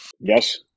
Yes